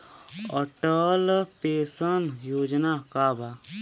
Atal pension योजना का बा?